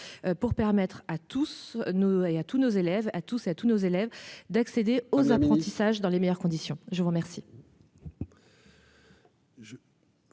tous nos élèves à tous, à tous nos élèves d'accéder aux apprentissages dans les meilleures conditions. Je vous remercie.